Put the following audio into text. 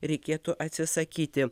reikėtų atsisakyti